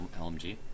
LMG